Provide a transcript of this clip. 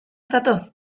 zatoz